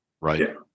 right